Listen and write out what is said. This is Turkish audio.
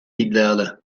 iddialı